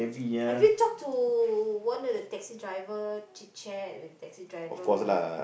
have you talked to one of the taxi driver chit-chat with the taxi driver